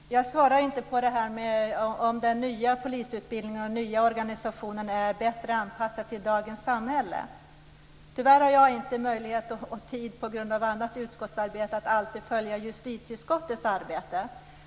Fru talman! Jag svarade inte på frågan om den nya polisutbildningen och organisationen är bättre anpassade till dagens samhälle. Jag har tyvärr inte möjlighet och tid, på grund av annat utskottsarbete, att alltid följa justitieutskottets arbete.